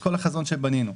את כל החזון שבנינו.